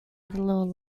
little